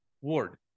Ward